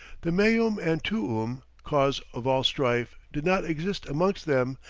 the meum and tuum, cause of all strife, did not exist amongst them,